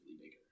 bigger